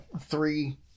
three